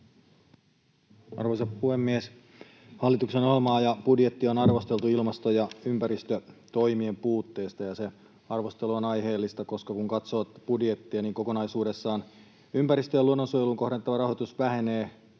Arvoisa puhemies! Hallituksen ohjelmaa ja budjettia on arvosteltu ilmasto‑ ja ympäristötoimien puutteesta, ja se arvostelu on aiheellista, koska kun katsoo tätä budjettia, niin kokonaisuudessaan ympäristön‑ ja luonnonsuojeluun kohdentuva rahoitus vähenee